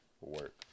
work